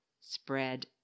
spread